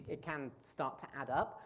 it can start to add up.